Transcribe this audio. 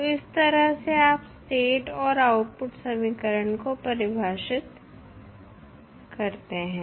तो इस तरह से आप स्टेट तथा आउटपुट समीकरण को परिभाषित हैं